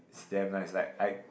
it's damn nice like I